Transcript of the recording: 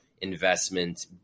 investment